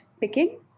picking